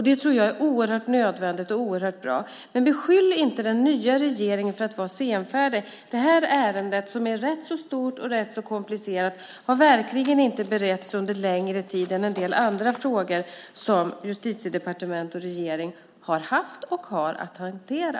Det är nödvändigt och bra. Men beskyll inte den nya regeringen för att vara senfärdig. Det här ärendet, som är rätt stort och komplicerat, har verkligen inte beretts längre än en del andra frågor som Justitiedepartementet och regeringen har haft att hantera.